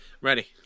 ready